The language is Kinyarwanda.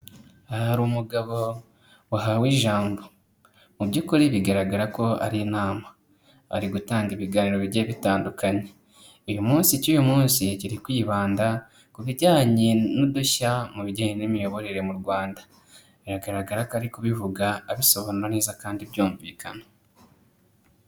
Aha hari umugabo wahawe ijambo mu by'ukuri bigaragara ko ari inama, ari gutanga ibiganiro bigiye bitandukanye, uyu munsi icy'uyu munsi kiri kwibanda ku bijyanye n'udushya mu bijyanye n'imiyoborere mu Rwanda, biragaragara ko ari kubivuga abisobanura neza kandi byumvikana.